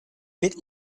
bit